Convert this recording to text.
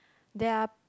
there are